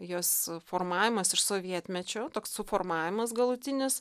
jos formavimas iš sovietmečio toks suformavimas galutinis